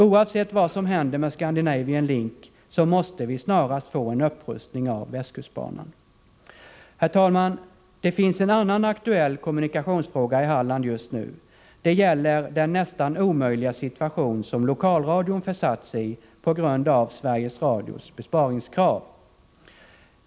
Oavsett vad som händer med Scandinavian Link måste vi snarast få en upprustning av västkustbanan. Herr talman! Det finns en annan aktuell kommunikationsfråga i Halland just nu. Den gäller den nästan omöjliga situation som lokalradion försatts i på grund av Sveriges Radios besparingskrav.